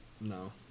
No